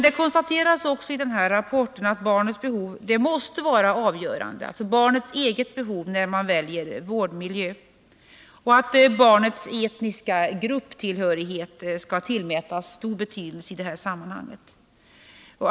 Det konstateras också i rapporten att barnets egna behov måste vara avgörande när man väljer vårdmiljö och att barnets etniska grupptillhörighet skall tillmätas stor betydelse i det sammanhanget.